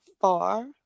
far